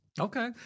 Okay